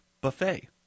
buffet